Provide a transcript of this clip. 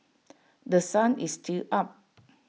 The Sun is still up